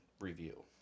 review